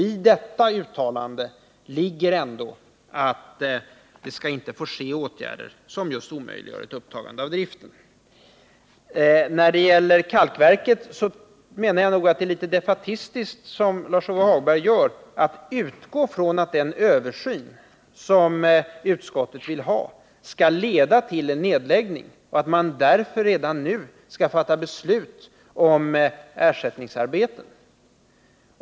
I detta uttalande ligger att det inte skall få vidtagas åtgärder som omöjliggör ett upptagande av driften. När det gäller kalkverket är det nog litet defaitistiskt att, som Lars-Ove Hagberg gör, utgå från att den översyn som utskottet vill få till stånd skall leda till en nedläggning och att därför kräva att man redan nu skall fatta beslut om ersättningsarbeten.